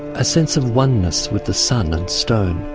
a sense of oneness with the sun and stone.